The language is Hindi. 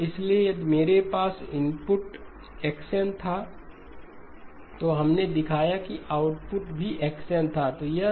इसलिए यदि मेरे पास इनपुट पर x n था तो हमने दिखाया कि आउटपुट भी x n था